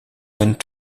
went